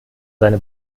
seine